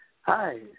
Hi